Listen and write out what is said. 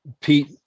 Pete